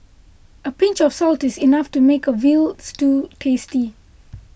a pinch of salt is enough to make a Veal Stew tasty